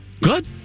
Good